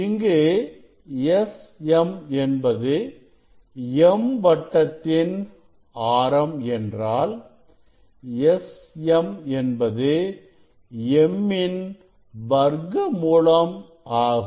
இங்கு Sm என்பது m வட்டத்தின் ஆரம் என்றால் Sm என்பது m ன் வர்க்கமூலம் ஆகும்